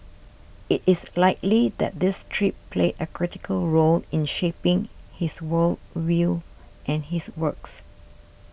it is likely that this trip played a critical role in shaping his world view and his works